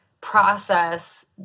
process